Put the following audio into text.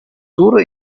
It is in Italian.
tour